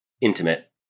intimate